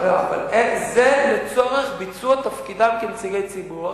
זה לצורך ביצוע תפקידם כנציגי ציבור.